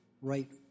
right